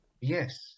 yes